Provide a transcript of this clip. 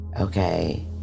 okay